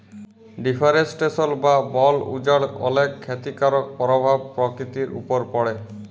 deforestation বা বল উজাড় অলেক খ্যতিকারক পরভাব পরকিতির উপর পড়ে